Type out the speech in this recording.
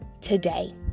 today